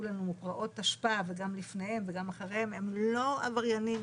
לנו מפרעות תשפ"א וגם לפניהם וגם אחריהם הם לא עבריינים,